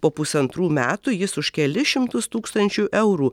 po pusantrų metų jis už kelis šimtus tūkstančių eurų